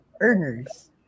earners